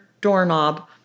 doorknob